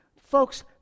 Folks